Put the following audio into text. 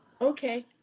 Okay